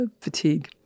fatigue